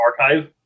archive